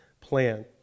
plan